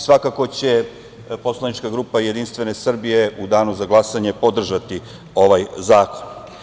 Svakako će poslanička grupa Jedinstvene Srbije u danu za glasanje podržati ovaj zakon.